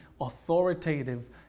authoritative